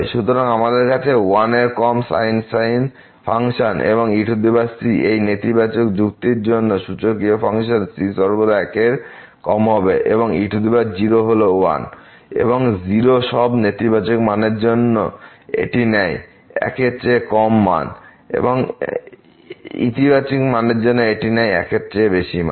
সুতরাং আমাদের আছে 1 এর কম sin ফাংশন এবং ec এই নেতিবাচক যুক্তির জন্য সূচকীয় ফাংশন c সর্বদা 1 এর কম হবে কারণ e0 হল 1 এবং o সব নেতিবাচক মানের জন্য এটি নেয় 1 এর চেয়ে কম মান এবং ইতিবাচক মানের জন্য এটি 1 এর বেশি মান